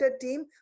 team